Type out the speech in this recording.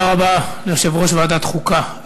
תודה רבה ליושב-ראש ועדת החוקה.